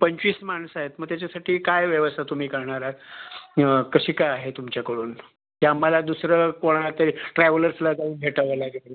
पंचवीस माणसं आहेत मग त्याच्यासाठी काय व्यवस्था तुम्ही करणार आहात कशी काय आहे तुमच्याकडून की आम्हाला दुसरं कोणाला तरी ट्रॅवलर्सला जाऊन भेटावं लागेल